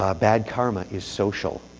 ah bad karma is social.